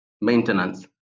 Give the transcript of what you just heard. maintenance